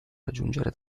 raggiungere